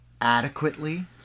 adequately